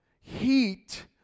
Heat